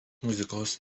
muzikos